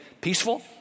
peaceful